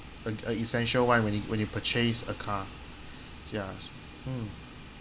uh uh essential one when you when you purchase a car ya mm